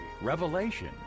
Revelation